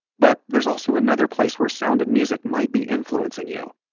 but there's also another place where sound and music might be influencing you.